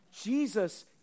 Jesus